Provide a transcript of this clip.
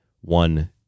one